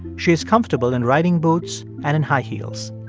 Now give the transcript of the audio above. she is comfortable in riding boots and in high heels.